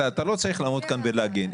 אתה לא צריך לעמוד כאן ולהגן.